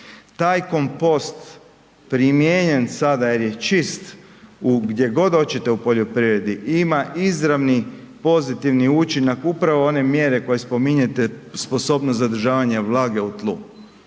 Taj kompost primijenjen sada jer je čist, gdje god hoćete u poljoprivredi ima izravni pozitivni učinak upravo one mjere koje spominjete sposobnost zadržavanja vlage u tlu.